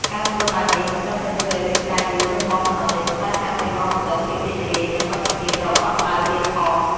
ការធ្វើបែបនេះ មិនត្រឹមតែជួយឱ្យរាងកាយយើងរឹងមាំប៉ុណ្ណោះទេ ប៉ុន្តែថែមទាំងនាំមកនូវភាពរីករាយ និងមិត្តភាពដ៏កក់ក្ដៅទៀតផង។